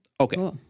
Okay